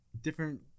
different